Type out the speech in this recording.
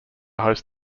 host